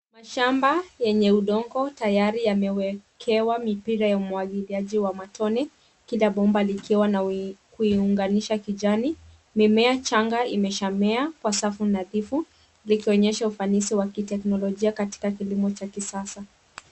Shamba yenye udongo tayari yamewekewa mipira ya umwagiliaji wa matone, kila bomba likiwa na kuiunganisha kijani. Mimea changa imeshamea kwa safu nadhifu vikionyesha ufanisi wa kiteknolojia katika kilimo cha kisasa.